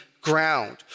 ground